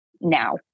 now